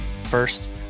First